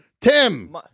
Tim